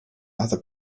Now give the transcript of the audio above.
other